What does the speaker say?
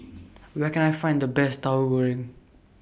Where Can I Find The Best Tauhu Goreng